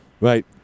Right